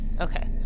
Okay